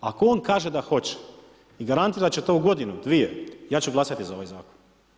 Ako on kaže da hoće i garantira da će to u godinu, dvije ja ću glasati za ovaj zakon.